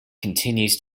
continues